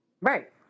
Right